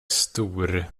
stor